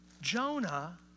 Jonah